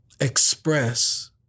express